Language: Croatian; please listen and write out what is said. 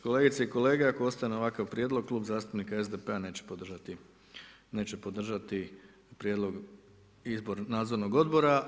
Kolegice i kolege, ako ostane ovakav prijedlog, Klub zastupnika SDP-a neće podržati prijedlog nadzornog odbora.